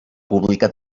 pública